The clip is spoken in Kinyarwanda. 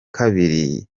kabiri